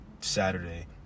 Saturday